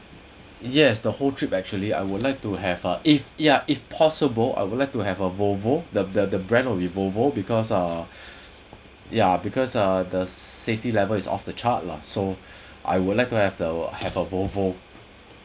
yes the whole trip actually I would like to have ah if ya if possible I would like to have a volvo the the the brand would be volvo because uh ya because uh the safety levels of the car lah so I would like to have the have a volvo